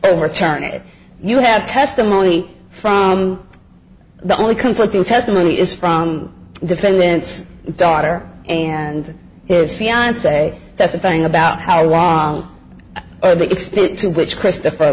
overturn it you have testimony from the only conflicting testimony is from the defendant's daughter and his fiance that's the thing about how the extent to which christopher